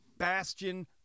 Bastion